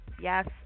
Yes